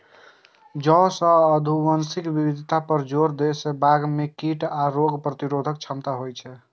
जैव आ आनुवंशिक विविधता पर जोर दै सं बाग मे कीट आ रोग प्रतिरोधक क्षमता होइ छै